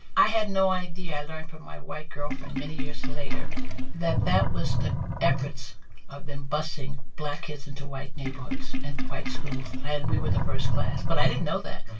i had no idea i learned from my white girlfriend many years later that that was the efforts of them busing black kids into white neighborhoods and white schools. and we were the first class. but i didn't know that.